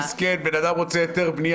בן אדם רוצה היתר בנייה,